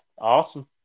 Awesome